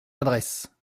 adresses